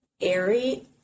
airy